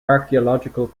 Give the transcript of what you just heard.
archaeological